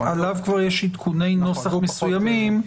עליו כבר יש עדכוני נוסח מסוימים,